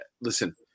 Listen